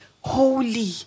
holy